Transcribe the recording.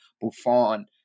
Buffon